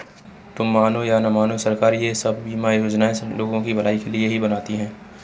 तुम मानो या न मानो, सरकार ये सब बीमा योजनाएं लोगों की भलाई के लिए ही बनाती है